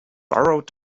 borough